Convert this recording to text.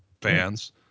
fans